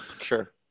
Sure